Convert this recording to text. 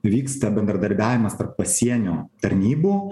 vyksta bendradarbiavimas tarp pasienio tarnybų